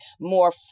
more